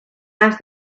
asked